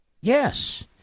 Yes